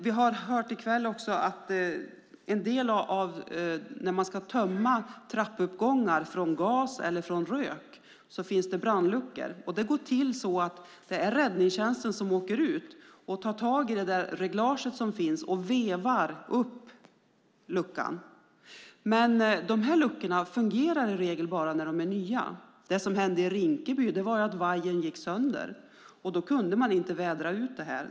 Vi har i kväll också hört att när man ska tömma trappuppgångar från gas eller rök finns det brandluckor. Det är räddningstjänsten som åker ut och tar tag i det reglage som finns och vevar upp luckan. Men dessa luckor fungerar i regel bara när de är nya. Det som hände i Rinkeby var att vajern gick sönder. Då kunde man inte vädra ut detta.